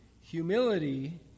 humility